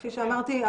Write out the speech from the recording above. כפי שאמרתי,